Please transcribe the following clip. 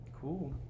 Cool